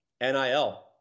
NIL